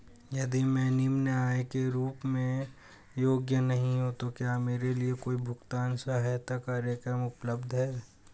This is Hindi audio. यदि मैं निम्न आय के रूप में योग्य नहीं हूँ तो क्या मेरे लिए कोई भुगतान सहायता कार्यक्रम उपलब्ध है?